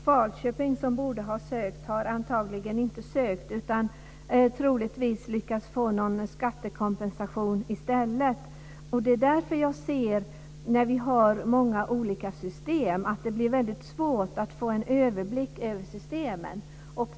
Falköping som borde ha sökt har antagligen inte sökt utan troligtvis lyckats få någon skattekompensation i stället. Jag ser att när vi har många olika system att det blir svårt att få en överblick över systemen.